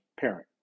parent